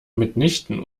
mitnichten